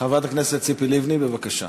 חברת הכנסת ציפי לבני, בבקשה.